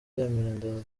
ndaza